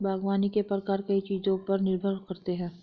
बागवानी के प्रकार कई चीजों पर निर्भर करते है